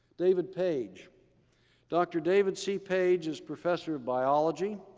david page dr. david c. page is professor of biology,